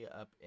up